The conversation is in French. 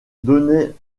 donnait